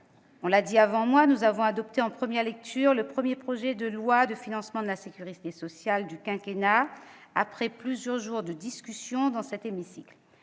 mes chers collègues, nous avons adopté, en première lecture, le premier projet de loi de financement de la sécurité sociale du quinquennat, après plusieurs jours de discussions très riches,